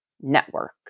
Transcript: network